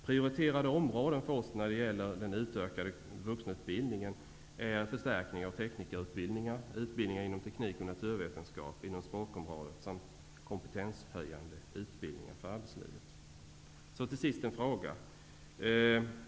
Prioriterade områden när det gäller den utökade vuxenutbildningen bör vara en förstärkning av teknikerutbildningarna, utbildningar inom teknik och naturvetenskap, språkområdet samt kompetenshöjande utbildningar för arbetslivet. Så till sist en fråga.